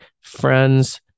friends